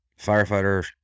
firefighter